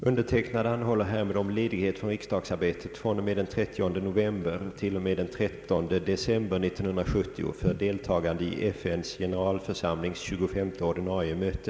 Undertecknad anhåller härmed om ledighet från riksdagsarbetet från och med den 30 november till och med den 13 december 1970 för deltagande i FN:s generalförsamlings tjugofemte ordinarie möte.